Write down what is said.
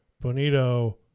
bonito